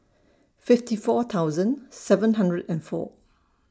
fifty four thousand seven hundred and four